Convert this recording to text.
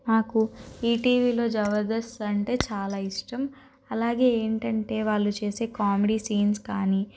నాకు ఈటీవీలో జబర్దస్త్ అంటే చాలా ఇష్టం అలాగే ఏంటంటే వాళ్ళు చేసే కామెడీ సీన్స్ కానీ